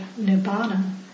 Nibbana